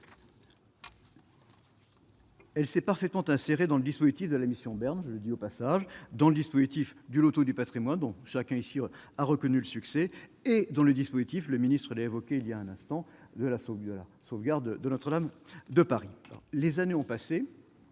Elle sait parfaitement inséré dans le dispositif de la mission Bern je le dis au passage dans le dispositif du Loto du Patrimoine dont chacun ici a reconnu le succès et dans le dispositif, le ministre l'évoqué il y a un instant de la sauvegarde sauvegarde de Notre-Dame de Paris, les années ont passé